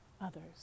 others